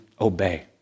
obey